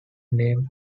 named